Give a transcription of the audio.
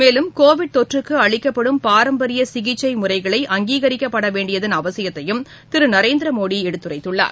மேலும் கோவிட் தொற்றுக்கு அளிக்கப்படும் பாரம்பரிய சிகிச்சை முறைகளை அங்கீகரிக்கப்பட வேண்டியதன் அவசியத்தையும் திரு நரேந்திர மோடி எடுத்துரைத்துள்ளார்